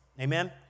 Amen